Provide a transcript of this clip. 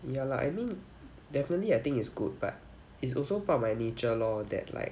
ya lah I mean definitely I think it's good but it's also part of my nature lor that like